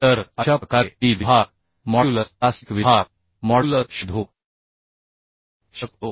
तर अशा प्रकारे मी विभाग मॉड्यूलस प्लास्टिक विभाग मॉड्यूलस शोधू शकतो